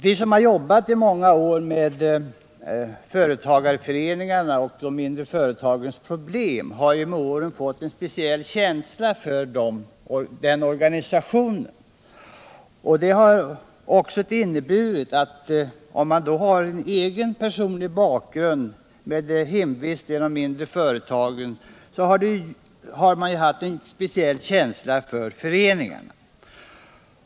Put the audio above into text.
Vi som har jobbat i många år med företagarföreningarna och de mindre företagens problem har med åren fått en speciell känsla för dessa företag = Nr 56 och för den organisation som företagarföreningarna utgör. En personlig Lördagen den bakgrund med hemvist i de mindre företagen har också medverkat till 17 december 1977 att man fått en sådan speciell känsla för föreningarna.